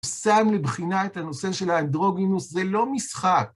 שם לבחינה את הנושא של האנדרוגינוס, זה לא משחק.